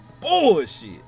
Bullshit